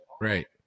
Right